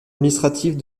administrative